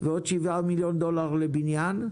ועוד 7 מיליון דולר לבניין,